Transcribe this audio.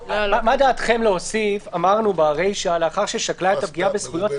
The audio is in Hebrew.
מה דעתכם להוסיף אמרנו ברישא "לאחר ששקלה את הפגיעה בזכויות